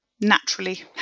naturally